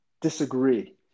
disagree